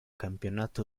campeonato